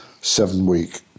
Seven-week